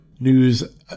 news